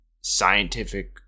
scientific